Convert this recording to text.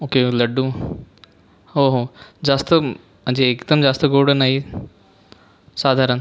okay laddu हो हो जास्त म्हणजे एकदम जास्त गोड नाही साधारण